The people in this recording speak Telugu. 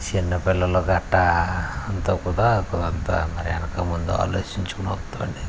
చిన్నపిల్లలు గట్టా అంతా కూడా కూసింత మరి వెనక ముందు ఆలోచించుకొని వస్తూ ఉండండి